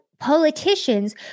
politicians